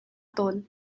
tawn